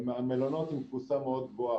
המלונות בתפוסה מאוד גבוהה.